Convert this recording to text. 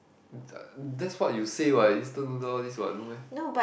the that's what you say what instant noodle all this what no meh